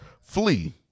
flee